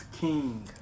king